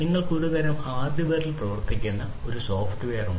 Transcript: നിങ്ങൾക്ക് ഒരുതരം ഹാർഡ്വെയറിൽ പ്രവർത്തിക്കുന്ന ഒരുതരം സോഫ്റ്റ്വെയർ ഉണ്ട്